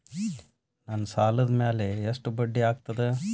ನನ್ನ ಸಾಲದ್ ಮ್ಯಾಲೆ ಎಷ್ಟ ಬಡ್ಡಿ ಆಗ್ತದ?